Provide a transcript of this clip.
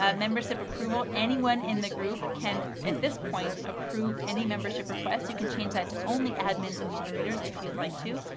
ah membership approval, anyone in the group can at this point approve any membership requests. you can change that to only admin and moderators if you'd like to.